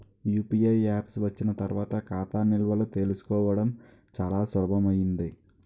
UPI apps వచ్చిన తర్వాత ఖాతా నిల్వలు తెలుసుకోవడం చాలా సులభమైంది